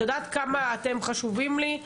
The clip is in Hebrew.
את יודעת כמה אתם חשובים לי,